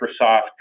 Microsoft